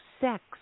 sex